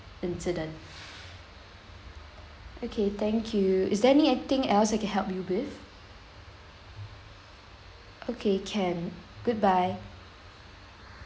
incident okay thank you is there anything else I can help you with okay can goodbye